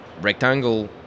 rectangle